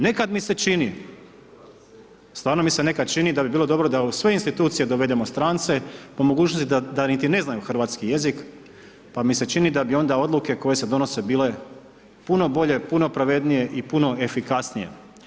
Nekad mi se čini, stvarno mi se nekad čini da bi bilo dobro da u sve institucije dovedemo strance, po mogućnosti da niti ne znaju hrvatski jezik, pa mi se čini da bi onda odluke koje se donose bile puno bolje, puno pravednije i puno efikasnije.